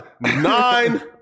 nine